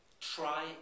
try